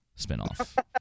spinoff